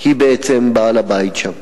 הוא בעצם בעל-הבית שם.